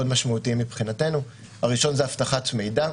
משמעותיים מבחינתנו: הראשון זה אבטחת מידע.